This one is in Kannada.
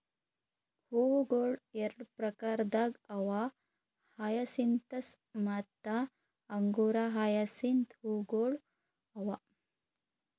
ಹೂವುಗೊಳ್ ಎರಡು ಪ್ರಕಾರದಾಗ್ ಅವಾ ಹಯಸಿಂತಸ್ ಮತ್ತ ಅಂಗುರ ಹಯಸಿಂತ್ ಹೂವುಗೊಳ್ ಅವಾ